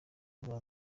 bahura